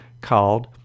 called